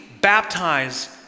baptize